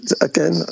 again